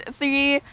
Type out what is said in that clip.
three